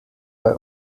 bei